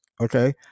okay